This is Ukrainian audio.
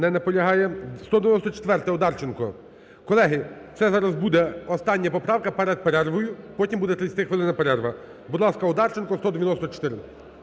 Не наполягає. 194-а, Одарченко. Колеги, це зараз буде остання поправка перед перервою. Потім буде 30-хвилинна перерва. Будь ласка, Одарченко, 194.